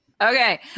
Okay